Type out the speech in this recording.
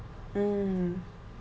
mm